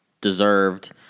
deserved